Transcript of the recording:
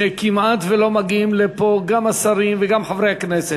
שכמעט לא מגיעים לפה, גם השרים וגם חברי הכנסת.